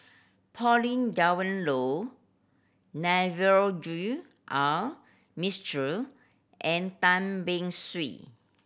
Pauline Dawn Loh Navroji R Mistri and Tan Beng Swee